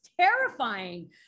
terrifying